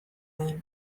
den